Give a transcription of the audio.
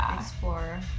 Explore